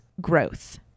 growth